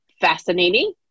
Fascinating